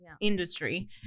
industry